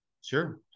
Sure